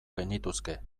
genituzke